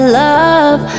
love